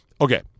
Okay